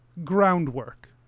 Groundwork